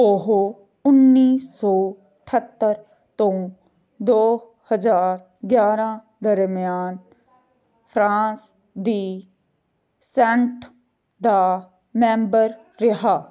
ਉਹ ਉੱਨੀ ਸੌ ਅਠੱਤਰ ਤੋਂ ਦੋ ਹਜ਼ਾਰ ਗਿਆਰਾਂ ਦਰਮਿਆਨ ਫਰਾਂਸ ਦੀ ਸੈਨੇਟ ਦਾ ਮੈਂਬਰ ਰਿਹਾ